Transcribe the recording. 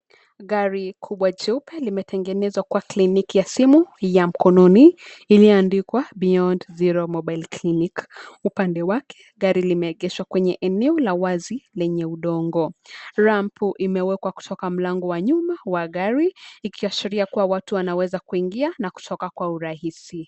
Gari kubwa jeupe limetengenezwa kwa kliniki ya simu ya mkononi iliyoandikwa beyond zero mobile clinic . Upande wake gari limeegeshwa kwenye eneo la wazi lenye udongo. Rampu imewekwa kutoka mlango wa nyuma wa gari ikiashiria kuwa watu wanaweza kuingia na kutoka kwa urahisi.